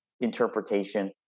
interpretation